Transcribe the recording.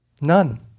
None